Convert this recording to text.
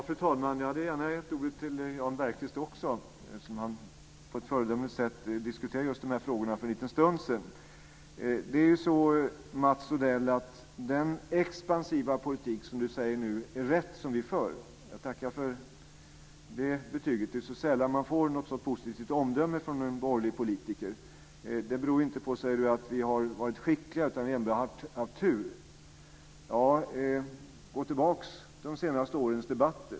Fru talman! Mats Odell säger att den expansiva politik som vi för är riktig. Jag tackar för det betyget. Det är så sällan man får ett så positivt omdöme från en borgerlig politiker. Det beror inte på, säger Mats Odell, att vi har varit skickliga utan enbart på att vi haft tur. Gå tillbaks till de senaste årens debatter!